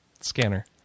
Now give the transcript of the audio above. scanner